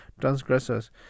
transgressors